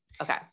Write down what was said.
Okay